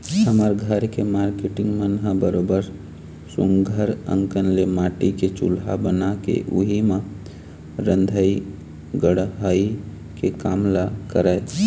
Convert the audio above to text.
हमर घर के मारकेटिंग मन ह बरोबर सुग्घर अंकन ले माटी के चूल्हा बना के उही म रंधई गड़हई के काम ल करय